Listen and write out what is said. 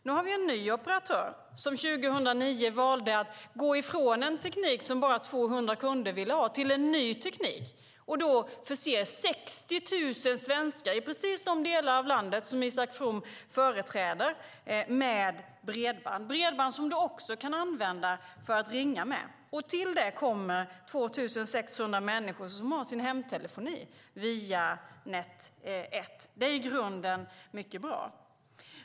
Nu har vi en ny operatör, som 2009 valde att gå ifrån en teknik som bara 200 kunder ville ha till en ny teknik och förser 60 000 svenskar i precis de delar av landet som Isak From företräder med bredband, bredband som också kan användas för att ringa med. Till det kommer 2 600 människor som har sin hemtelefoni via Net 1. Det är i grunden mycket bra.